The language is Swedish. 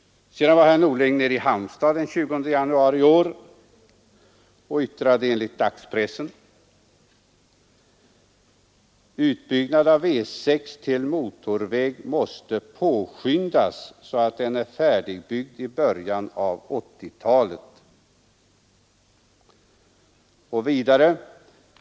Sedan besökte herr Norling Halmstad den 20 januari i år och yttrade då enligt dagspressen: ”Utbyggnaden av E6 till motorväg måste påskyndas så att den är färdigbyggd i början av 80-talet.